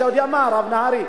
אתה יודע מה, הרב נהרי?